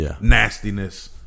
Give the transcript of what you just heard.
Nastiness